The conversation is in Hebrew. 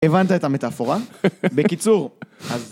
הבנת את המטאפורה? בקיצור, אז...